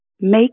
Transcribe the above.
Make